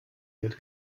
wird